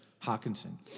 Hawkinson